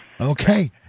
Okay